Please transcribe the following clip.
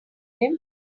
him